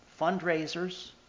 fundraisers